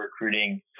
recruiting